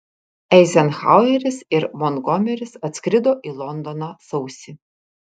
eizenhaueris ir montgomeris atskrido į londoną sausį